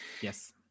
yes